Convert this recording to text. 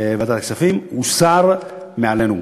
ועדת הכספים, הוסר מעלינו.